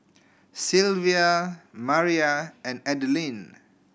Silvia Maira and Adline